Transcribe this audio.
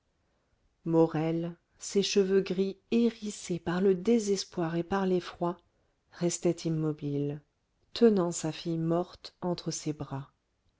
morel ses cheveux gris hérissés par le désespoir et par l'effroi restait immobile tenant sa fille morte entre ses bras